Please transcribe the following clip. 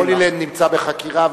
"הולילנד" נמצא בחקירה,